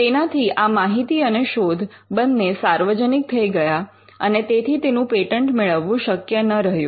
તેનાથી આ માહિતી અને શોધ બન્ને સાર્વજનિક થઈ ગયા અને તેથી તેનું પેટન્ટ મેળવવું શક્ય ન રહ્યું